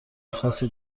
خاصی